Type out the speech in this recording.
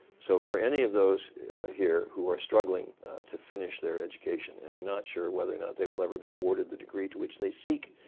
so for any of those here who are struggling to finish their education and are not sure whether or not they will ever be awarded the degree to which they seek,